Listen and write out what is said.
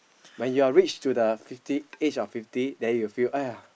when you're reach to the fifty age of fifty then you'll feel !aiya!